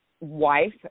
wife